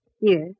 Yes